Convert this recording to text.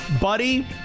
buddy –